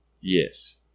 Yes